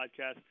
podcast